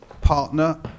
partner